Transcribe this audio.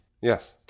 Yes